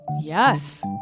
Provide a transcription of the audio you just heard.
Yes